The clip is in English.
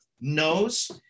knows